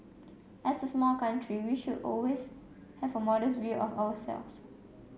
as a small country we should always have a modest view of ourselves